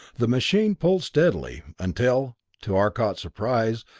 the machine pulled steadily, until, to arcot's surprise,